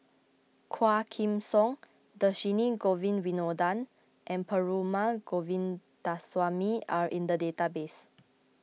Quah Kim Song Dhershini Govin Winodan and Perumal Govindaswamy are in the database